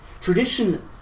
Tradition